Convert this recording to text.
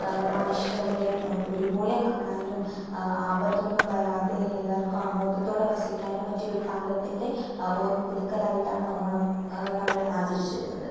മനുഷ്യർ എല്ലാവരെയും ഒരുപോലെ കാണാനും ആപത്തൊന്നും വരാതെ എല്ലാവർക്കും ആമോദത്തോടെ വസിക്കാനും പറ്റിയൊരു കാലത്തിൻ്റെ ഓർമ്മ പുതുക്കലായിട്ടാണ് ഓണം നമ്മൾ ആചരിച്ചു വരുന്നത്